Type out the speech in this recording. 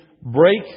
break